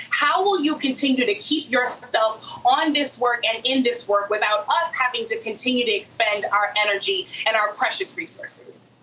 how will you continue to keep yourself on this work and in this work without us having to continue to expend our energy and our precious resources.